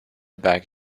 back